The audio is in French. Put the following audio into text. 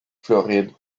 floride